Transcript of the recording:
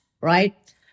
right